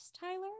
Tyler